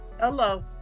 Hello